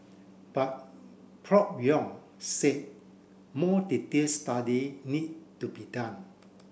but Prof Yong said more detailed study need to be done